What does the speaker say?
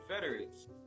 confederates